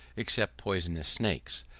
except poisonous snakes,